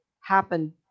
happen